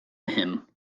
him